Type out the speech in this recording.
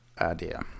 idea